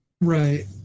Right